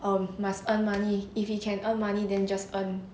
um must earn money if you can earn money than just earn